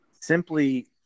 simply